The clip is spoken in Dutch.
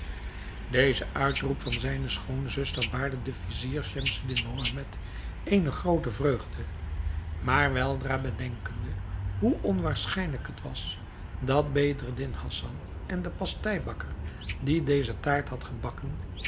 deze uitroep van zijne schoonzuster baarde den vizier schemseddin mohammed eene groote vreugde maar weldra bedenkende hoe onwaarschijnlijk het was dat bedreddin hassan en de pasteibakker die deze taart had gebakken